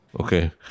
Okay